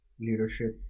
leadership